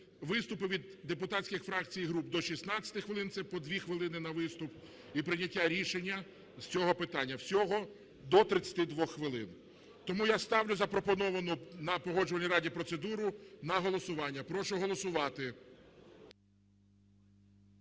виступи від депутатських фракцій і груп – до 16 хвилин (це по 2 хвилини на виступ); і прийняття рішення з цього питання. Всього – до 32 хвилин. Тому я ставлю запропоновану на Погоджувальній раді процедуру на голосування. Прошу голосувати.